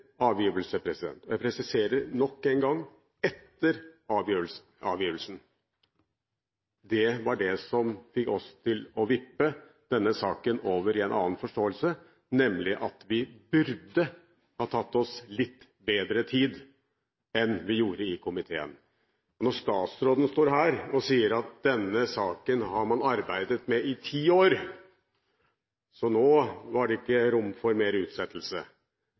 jeg presiserer nok en gang: etter avgivelsen – var det som fikk oss til å vippe denne saken over i en annen forståelse, nemlig at vi burde ha tatt oss litt bedre tid enn vi gjorde i komiteen. Statsråden står her og sier at denne saken har man arbeidet med i ti år, så nå var det ikke rom for mer utsettelse!